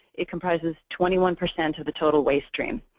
it comprises twenty one percent of the total waste stream.